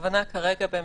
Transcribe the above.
הכוונה כרגע,